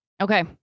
Okay